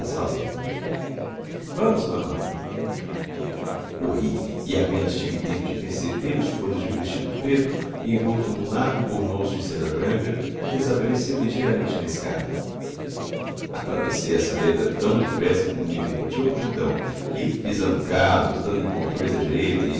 e apenas tive tempo de perceber os folhos de um vestido preto envolto num largo burnous de seda branca que desapareceu ligeiramente na escada atravessei a saleta tão depressa como me permitiu a multidão e pisando calos dando encontrões à direita e